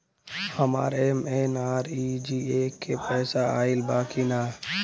हमार एम.एन.आर.ई.जी.ए के पैसा आइल बा कि ना?